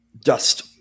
dust